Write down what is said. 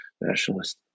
nationalist